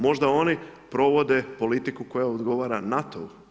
Možda oni provode politiku koja odgovara NATO-u.